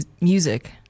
music